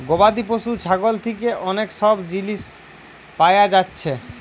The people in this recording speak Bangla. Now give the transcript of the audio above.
গবাদি পশু ছাগল থিকে অনেক সব জিনিস পায়া যাচ্ছে